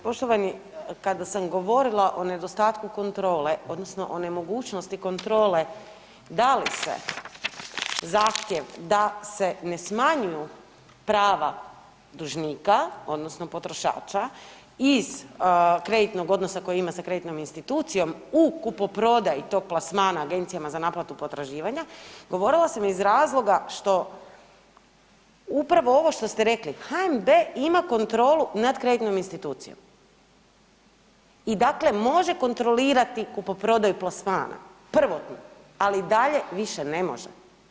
Poštovani, kada sam govorila o nedostatku kontrole odnosno o nemogućnosti kontrole da li se zahtjev da se ne smanjuju prava dužnika odnosno potrošača iz kreditnog odnosa koji ima sa kreditnom institucijom u kupoprodaji tog plasmana agencijama za naplatu potraživanja govorila sam iz razloga što upravo ovo što ste rekli, HNB ima kontrolu nad kreditnom institucijom i dakle može kontrolirati kupoprodaju plasmana prvotnu, ali dalje više ne može.